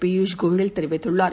பியூஷ் கோயல் தெரிவித்துள்ளார்